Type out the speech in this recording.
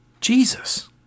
Jesus